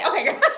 okay